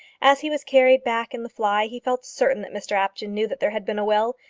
as he was carried back in the fly he felt certain that mr apjohn knew that there had been a will,